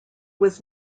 was